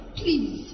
please